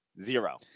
Zero